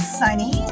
sunny